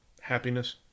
Happiness